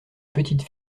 petites